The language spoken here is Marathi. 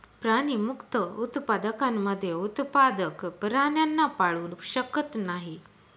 प्राणीमुक्त उत्पादकांमध्ये उत्पादक प्राण्यांना पाळू शकत नाही